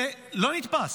זה לא נתפס.